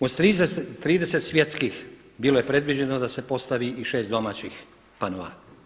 Od 30 svjetskih bilo je predviđeno da se postavi i 6 domaćih panoa.